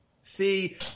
See